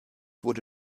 wurde